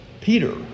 Peter